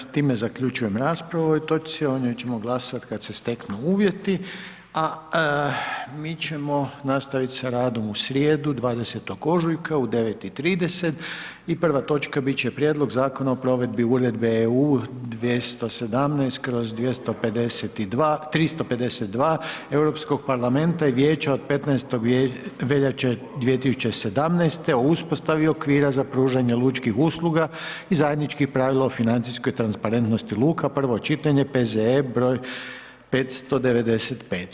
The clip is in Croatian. Time zaključujem raspravu o ovoj točci, o njoj ćemo glasati kada se steknu uvjeti, a mi ćemo nastaviti sa radom u srijedu, 20. ožujka, u 9,30 i prva točka biti će prijedlog Zakona o provedbi uredbi EU2017/352 Europskog parlamenta i Vijeća od 15. veljače 2017. o uspostavi okvira za pružanje pučkih usluga i zajedničkoj pravilo o financijskoj transparentnosti luka, prvo čitanje, P.Z.E. br. 595.